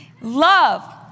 Love